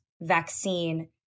vaccine